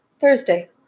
Thursday